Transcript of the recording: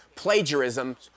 plagiarism